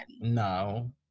no